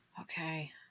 Okay